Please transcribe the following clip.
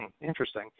interesting